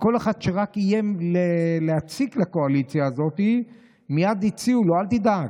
וכל אחד שרק איים להציק לקואליציה הזאת מייד הציעו לו: אל תדאג,